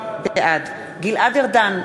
בעד אופיר אקוניס, בעד גלעד ארדן,